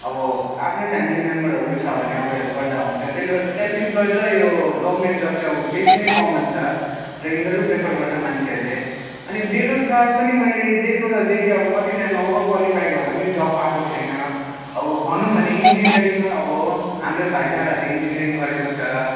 अब आफ्नै फ्यामिली मेम्बरहरू छ भने अब हेल्प गर्दा हुन्छ त्यसले गर्दा सेल्फ इम्प्लोइड र यो गभर्मेन्ट जब चाहिँ अब बेसी नै कमन छ रे यिनीहरू प्रिफर गर्छ मान्छेहरूले अनि बेरोजगार पनि मैले देख्नु त देखेँ अब कत्तिजना ओभर क्वालिफाइड भएर पनि जब पाएको छैन अब भनौँ भने इन्जिनियरिङै अब हाम्रो भाइचाराहरूले इन्जिनियरिङ गरेको छ